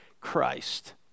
Christ